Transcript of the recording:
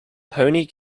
pony